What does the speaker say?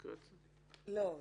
לא.